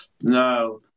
No